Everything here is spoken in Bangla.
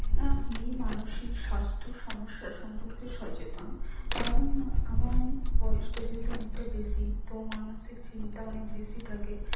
হ্যাঁ আমি মানসিক স্বাস্থ্য সমস্যা সম্পর্কে সচেতন কারণ আমায় বয়সটা যেহেতু অনেকটা বেশি তো মানসিক চিন্তা অনেক বেশি থাকে